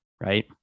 Right